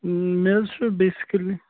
مےٚ حظ چھُ بیسِکٔلی